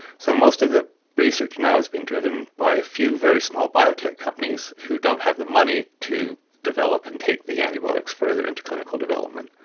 so most of the research now is being driven by a few very small biotech companies who don't have the money to develop and take the antibiotics further into clinical development.